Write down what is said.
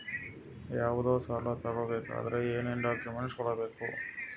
ಯಾವುದೇ ಸಾಲ ತಗೊ ಬೇಕಾದ್ರೆ ಏನೇನ್ ಡಾಕ್ಯೂಮೆಂಟ್ಸ್ ಕೊಡಬೇಕು?